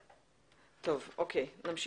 נמשיך.